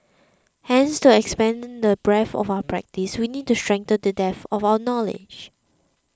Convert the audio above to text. hence to expand the breadth of our practice we need to strengthen the depth of our knowledge